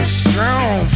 strong